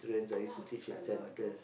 !wow! that's quite a lot though